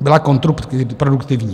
byla kontraproduktivní.